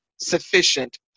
sufficient